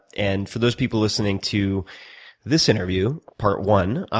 and for those people listening to this interview, part one,